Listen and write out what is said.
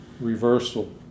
reversal